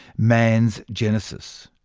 man's genesis.